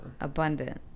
abundant